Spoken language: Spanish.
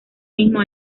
mismo